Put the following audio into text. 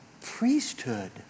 priesthood